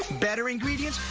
better ingredients.